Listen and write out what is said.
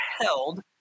held